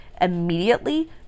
Immediately